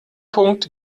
punkt